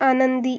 आनंदी